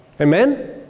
Amen